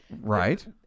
right